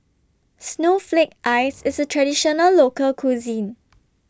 Snowflake Ice IS A Traditional Local Cuisine